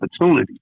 opportunity